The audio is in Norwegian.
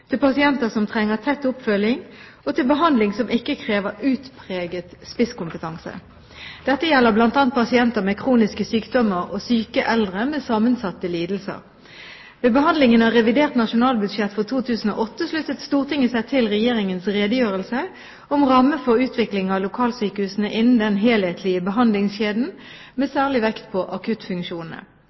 til store sykdomsgrupper, til pasienter som trenger tett oppfølging, og til behandling som ikke krever utpreget spisskompetanse. Dette gjelder bl.a. pasienter med kroniske sykdommer og syke eldre med sammensatte lidelser. Ved behandlingen av revidert nasjonalbudsjett for 2008 sluttet Stortinget seg til Regjeringens redegjørelse om ramme for utvikling av lokalsykehusene innen den helhetlige behandlingskjeden, med særlig vekt på akuttfunksjonene.